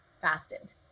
fasted